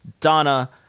Donna